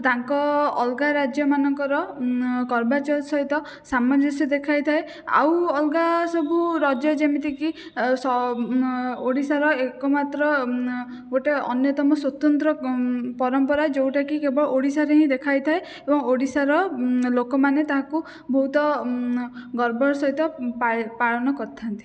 ତାଙ୍କ ଅଲଗା ରାଜ୍ୟମାନଙ୍କର କାର୍ବାଚତ ସହିତ ସାମଞ୍ଜସ୍ୟ ଦେଖା ଦେଇଥାଏ ଆଉ ଅଲଗା ସବୁ ରଜ ଯେମିତିକି ସ ଓଡ଼ିଶାର ଏକ ମାତ୍ର ଗୋଟିଏ ଅନ୍ୟତମ ସ୍ୱତନ୍ତ୍ର ପରମ୍ପରା ଯେଉଁଟାକି କେବଳ ଓଡ଼ିଶାରେ ହିଁ ଦେଖାଦେଇଥାଏ ଏବଂ ଓଡ଼ିଶାର ଲୋକମାନେ ତାହାକୁ ବହୁତ ଗର୍ବର ସହିତ ପାଳ ପାଳନ କରିଥାନ୍ତି